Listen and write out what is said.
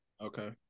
Okay